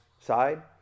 side